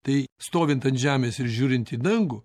tai stovint ant žemės ir žiūrint į dangų